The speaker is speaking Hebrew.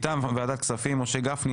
מטעם ועדת הכספים: משה גפני,